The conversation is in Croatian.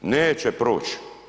Neće proć.